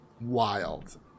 wild